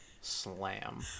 Slam